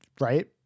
Right